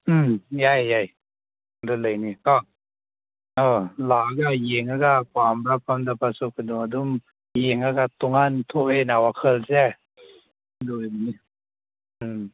ꯎꯝ ꯌꯥꯏ ꯌꯥꯏ ꯑꯗꯨ ꯂꯩꯅꯤ ꯀꯣ ꯑ ꯂꯥꯛꯑꯒ ꯌꯦꯡꯉꯒ ꯄꯥꯝꯕ꯭ꯔ ꯄꯥꯝꯗꯕ꯭ꯔꯁꯨ ꯀꯩꯅꯣ ꯑꯗꯨꯝ ꯌꯦꯡꯉꯒ ꯇꯣꯉꯥꯟ ꯊꯣꯛꯑꯦꯅ ꯋꯥꯈꯜꯁꯦ ꯑꯥꯗꯨ ꯑꯣꯏꯔꯗꯤ ꯎꯝ